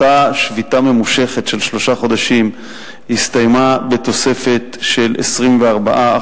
אותה שביתה ממושכת של שלושה חודשים הסתיימה בתוספת של 24%,